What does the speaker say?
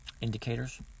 indicators